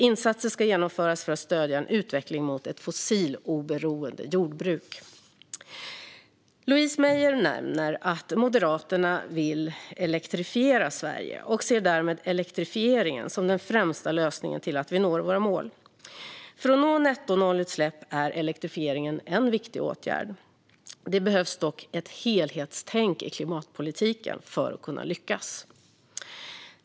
Insatser ska genomföras för att stödja en utveckling mot ett fossiloberoende jordbruk. Louise Meijer nämner att Moderaterna vill elektrifiera Sverige och ser därmed elektrifiering som den främsta lösningen för att vi ska nå våra mål. För att nå nettonollutsläpp är elektrifiering en viktig åtgärd. Det behövs dock ett helhetstänk i klimatpolitiken för att lyckas.